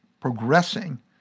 progressing